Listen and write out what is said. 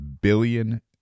billion